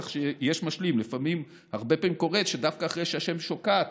כך שיש משלים: הרבה פעמים קורה שדווקא אחרי שהשמש שוקעת,